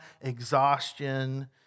exhaustion